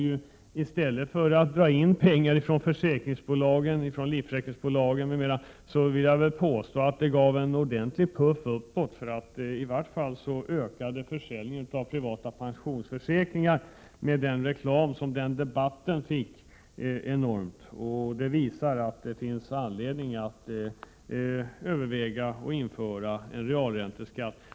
I stället för att dra in pengar från försäkringsbolagen gav det, vill jag påstå, dessa bolags verksamhet en ordentlig puff uppåt. Försäljningen av privata pensionsförsäkringar ökade enormt tack vare den reklam som debatten gav. Detta visar att det finns anledning att överväga och införa en realränteskatt.